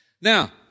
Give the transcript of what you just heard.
Now